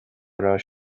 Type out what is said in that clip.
raibh